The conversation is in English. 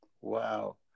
Wow